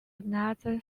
another